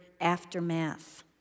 aftermath